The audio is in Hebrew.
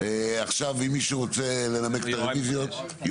מישהו רוצה לנמק את הרוויזיות?